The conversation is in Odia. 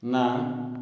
ନା